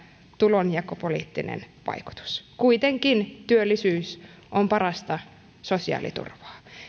tulonjakopoliittinen vaikutus kuitenkin työllisyys on parasta